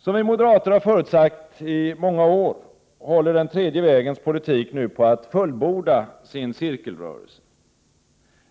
Som vi moderater har förutsagt i många år håller den tredje vägens politik nu på att fullborda sin cirkelrörelse.